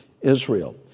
Israel